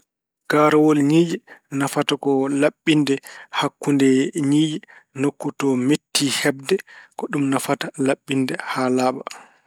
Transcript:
Garawol ñiiƴe nafata ko laaɓɓinde hakkunde ñiiƴe. Nokku to metti heɓde, ko ɗum nafata laaɓɓinde haa laaɓa.